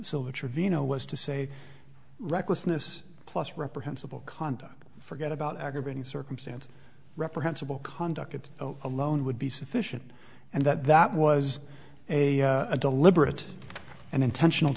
silver trevino was to say recklessness plus reprehensible conduct forget about aggravating circumstance reprehensible conduct it alone would be sufficient and that that was a deliberate and intentional